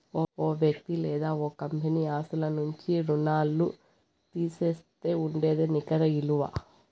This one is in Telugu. ఓ వ్యక్తి లేదా ఓ కంపెనీ ఆస్తుల నుంచి రుణాల్లు తీసేస్తే ఉండేదే నికర ఇలువ